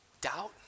doubt